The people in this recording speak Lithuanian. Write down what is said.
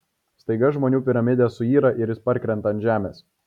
staiga žmonių piramidė suyra ir jis parkrenta ant žemės